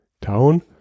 Town